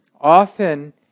often